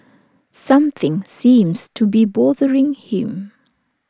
something seems to be bothering him